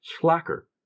slacker